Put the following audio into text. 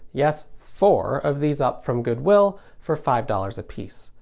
yes four, of these up from goodwill for five dollars apiece.